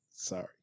Sorry